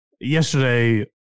yesterday